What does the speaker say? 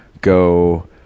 go